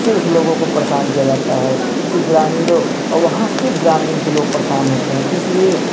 सिर्फ लोगों को परेशान किया जाता है सिर्फ ग्रामीणों और वहाँ सिर्फ ग्रामीण के लोग परेशान होते हैं इसलिए